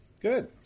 Good